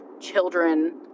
children